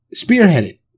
Spearheaded